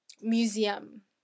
museum